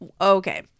Okay